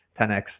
10x